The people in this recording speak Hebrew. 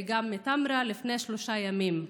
וגם בטמרה לפני שלושה ימים.